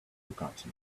forgotten